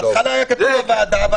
בהתחלה היה כתוב: הוועדה,